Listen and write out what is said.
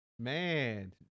man